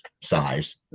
size